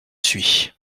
suis